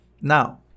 now